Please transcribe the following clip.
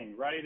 right